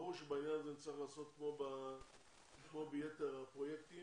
ברור שבעניין הזה נצטרך לעשות כמו ביתר הפרויקטים,